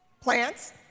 Plants